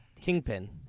Kingpin